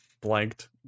blanked